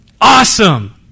Awesome